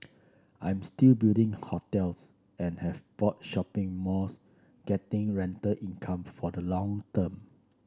I'm still building hotels and have bought shopping malls getting rental income for the long term